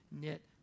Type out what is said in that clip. knit